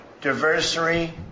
Diversity